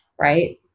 right